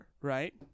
right